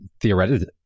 theoretically